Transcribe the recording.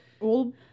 old